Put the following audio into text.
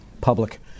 public